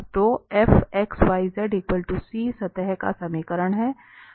तो सतह का समीकरण है